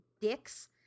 dicks